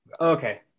Okay